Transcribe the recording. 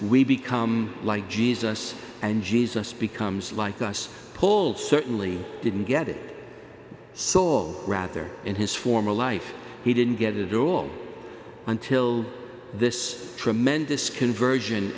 we become like jesus and jesus becomes like us polls certainly didn't get it i saw rather in his former life he didn't get it all until this tremendous conversion